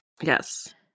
yes